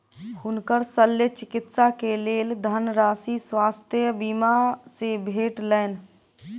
हुनकर शल्य चिकित्सा के लेल धनराशि स्वास्थ्य बीमा से भेटलैन